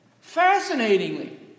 Fascinatingly